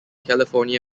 california